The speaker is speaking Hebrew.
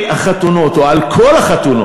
זה לא הגון מה שאתה עושה.